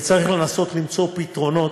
וצריך לנסות למצוא פתרונות.